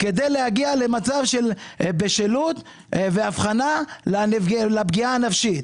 כדי להגיע למצב של בשלות והבחנה של הפגיעה הנפשית.